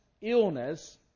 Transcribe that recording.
illness